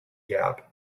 gap